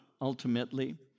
ultimately